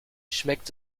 schmeckt